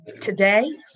today